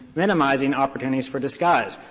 minimizing opportunities for disguise.